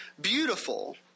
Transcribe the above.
beautiful